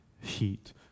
heat